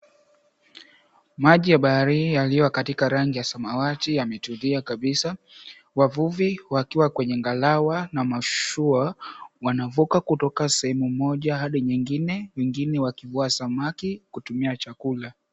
Maji ya bahari hii yaliyo katika rangi ya samawati yametulia kabisa. Wavuvi wakiwa kwenye ngalawa na mashua, wanavuka kutoka sehemu moja hadi nyingine, wengine wakivua samaki kutumia chakula.